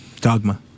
Dogma